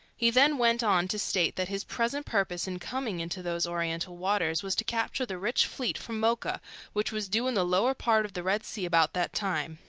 he then went on to state that his present purpose in coming into those oriental waters was to capture the rich fleet from mocha which was due in the lower part of the red sea about that time.